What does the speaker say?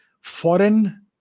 foreign